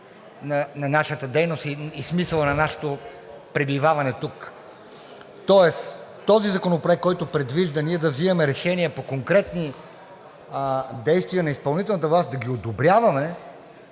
на нашата дейност и смисъла на нашето пребиваване тук, тоест този законопроект, който предвижда ние да взимаме решения по конкретни действия на изпълнителната власт, да ги одобряваме